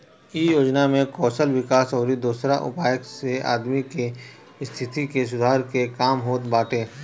इ योजना में कौशल विकास अउरी दोसरा उपाय से आदमी के स्थिति में सुधार के काम होत बाटे